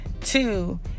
Two